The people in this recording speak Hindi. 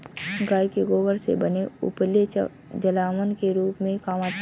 गाय के गोबर से बने उपले जलावन के रूप में काम आते हैं